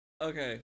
Okay